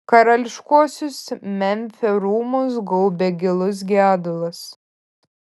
karališkuosius memfio rūmus gaubė gilus gedulas